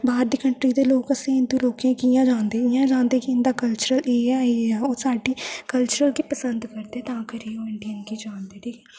बाह्र दी कंट्रीये दे लोक असें हिंदु लोकें गी कियां जानदे इ'यां जानदे कि इंदा कल्चर एह् ऐ एह् ऐ ओह् साढ़े कल्चर गी पसंद करदे तां करिये ओह् इंडियन गी जानदे ठीक ऐ ते